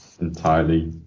Entirely